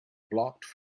blocked